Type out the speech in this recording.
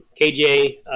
KJ